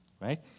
right